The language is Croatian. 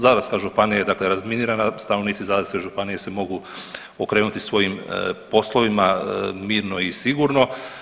Zadarska županija je dakle razminirana, stanovnici Zadarske županije se mogu okrenuti svojim poslovima mirno i sigurno.